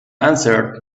answered